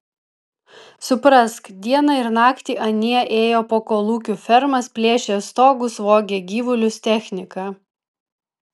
suprask dieną ir naktį anie ėjo po kolūkių fermas plėšė stogus vogė gyvulius techniką